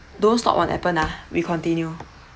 don't stop on appen ah we continue